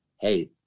hey